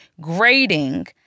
grading